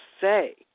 say